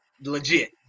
legit